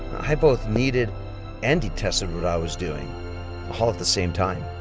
i both needed and detested what i was doing all at the same time.